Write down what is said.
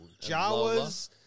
Jawas